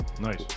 nice